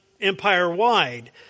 empire-wide